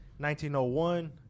1901